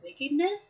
wickedness